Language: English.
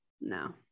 No